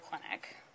Clinic